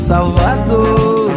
Salvador